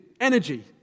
Energy